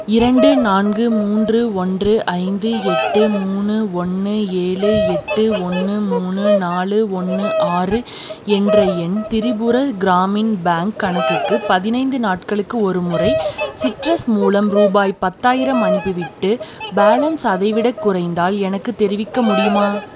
இரண்டு நான்கு மூன்று ஒன்று ஐந்து எட்டு மூணு ஒன்று ஏழு எட்டு ஒன்று மூணு நாலு ஒன்று ஆறு என்ற என் திரிபுர கிராமின் பேங்க் கணக்குக்கு பதினைந்து நாட்களுக்கு ஒருமுறை சிட்ரஸ் மூலம் ரூபாய் பத்தாயிரம் அனுப்பிவிட்டு பேலன்ஸ் அதைவிடக் குறைந்தால் எனக்குத் தெரிவிக்க முடியுமா